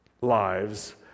lives